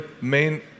main